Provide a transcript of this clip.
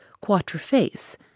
quatre-face